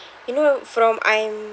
you know from I'm